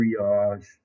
triage